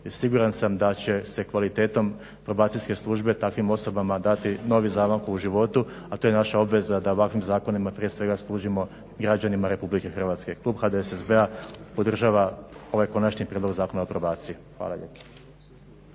Siguran sam da će se kvalitetom probacijske službe takvim osobama dati novi zamah u životu, a to je naša obveza da ovakvim zakonima prije svega služimo građanima RH. Klub HDSSB-a podržava ovaj Konačni prijedlog zakona o probaciji. Hvala lijepo.